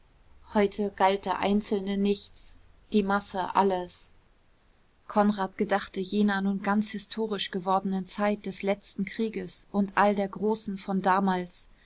heute galt der einzelne nichts die masse alles konrad gedachte jener nun ganz historisch gewordenen zeit des letzten krieges und all der großen von damals